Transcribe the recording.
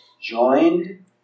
joined